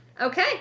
Okay